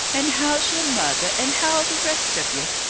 and how's ye're mother, and how are the rest of ye?